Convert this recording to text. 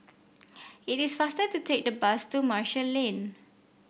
it is faster to take the bus to Marshall Lane